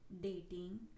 dating